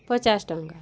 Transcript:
ପଚାଶ୍ଟଙ୍କା